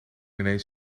ineens